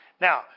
Now